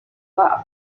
war